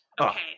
okay